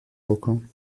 بکن